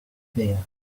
beer